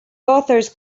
authors